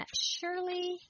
surely